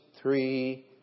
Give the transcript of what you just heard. three